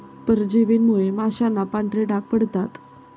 परजीवींमुळे माशांना पांढरे डाग पडतात